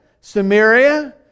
Samaria